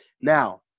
Now